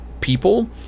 people